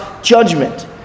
Judgment